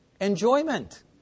enjoyment